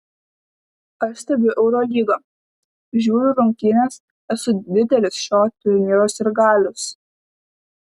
aš stebiu eurolygą žiūriu rungtynes esu didelis šio turnyro sirgalius